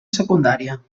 secundària